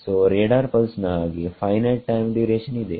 ಸೋರೇಡಾರ್ pulse ನ ಹಾಗೆ finite time duration ಇದೆ